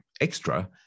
extra